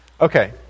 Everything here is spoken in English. Okay